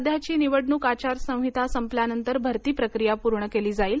सध्याची निवडणूक आचारसंहिता संपल्यानंतर भरती प्रक्रिया पूर्ण केली जाईल